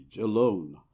alone